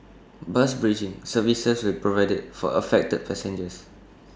bus bridging services will be provided for affected passengers